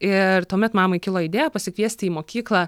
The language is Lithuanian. ir tuomet mamai kilo idėja pasikviesti į mokyklą